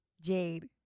Jade